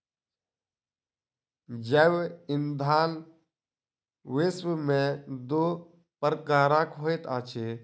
जैव ईंधन विश्व में दू प्रकारक होइत अछि